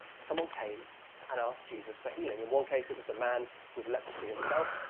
someone came and asked jesus for healing. in one case it was the man with leprosy himself,